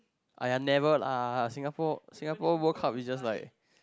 !aiya! never lah Singapore Singapore-World-Cup is just like